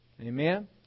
Amen